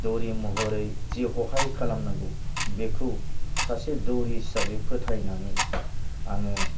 दौरि महरै जि हहाय खालाम नांगौ बेखौ बेखौ सासे दौरि हिसाबै फोथायनानै आङो